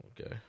okay